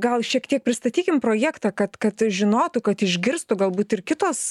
gal šiek tiek pristatykim projektą kad kad žinotų kad išgirstų galbūt ir kitos